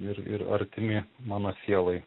ir ir artimi mano sielai